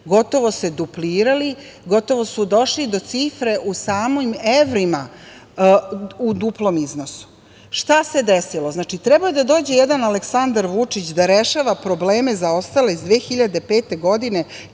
gotovo se duplirali i došli su do cifre u samim evrima u duplom iznosu. Šta se desilo? Trebalo je da dođe jedan Aleksandar Vučić da rešava probleme zaostale iz 2005. godine,